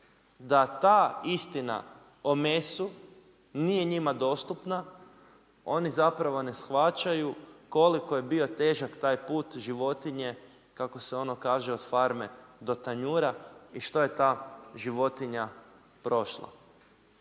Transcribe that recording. da ta istina o mesu nije njima dostupna oni zapravo ne shvaćaju koliko je bio težak taj put životinje kako se ono kaže od farme do tanjura i što je ta životinja prošla,